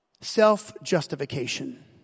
self-justification